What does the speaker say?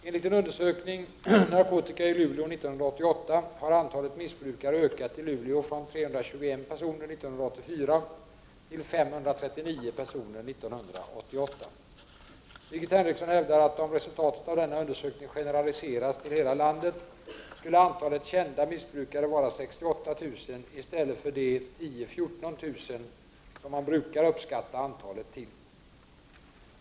Enligt en undersökning — Narkotika i Luleå 1988 — har antalet missbrukare ökat i Luleå från 321 personer år 1984 till 539 personer år 1988. Birgit Henriksson hävdar att om resultatet av denna undersökning generaliseras till att gälla hela landet skulle antalet kända missbrukare vara 68 000 i stället för de 10 000-14 000 som man brukar uppskatta antalet till.